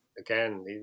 Again